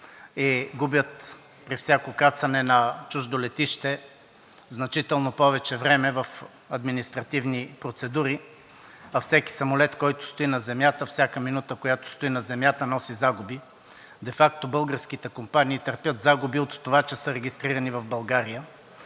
и губят при всяко кацане на чуждо летище значително повече време в административни процедури, а всеки самолет, всяка минута, в която стои на земята, носи загуби. Де факто българските компании търпят загуби от това, че са регистрирани в България.